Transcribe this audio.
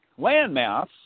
landmass